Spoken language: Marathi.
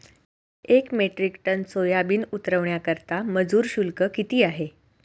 एक मेट्रिक टन सोयाबीन उतरवण्याकरता मजूर शुल्क किती आहे?